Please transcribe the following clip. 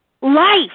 Life